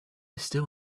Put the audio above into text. still